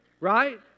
right